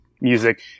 music